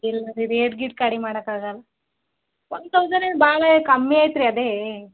ಇಲ್ಲಾ ರೀ ರೇಟ್ ಗೀಟ್ ಕಡಿಮೆ ಮಾಡಕೆ ಆಗಲ್ಲ ಒನ್ ತೌಸಂಡ್ ಏನು ಭಾಳ ಏ ಕಮ್ಮಿ ಆಯ್ತು ರೀ ಅದೇ